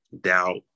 doubt